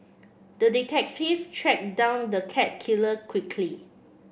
the detective track down the cat killer quickly